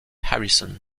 harrison